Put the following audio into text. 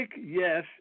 yes